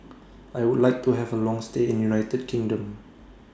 I Would like to Have A Long stay in United Kingdom